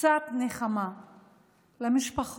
קצת נחמה למשפחות